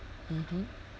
mmhmm